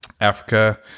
Africa